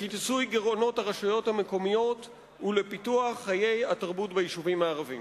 לכיסוי גירעונות הרשויות המקומיות ולפיתוח חיי התרבות ביישובים הערביים.